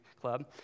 club